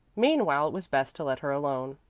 meanwhile it was best to let her alone.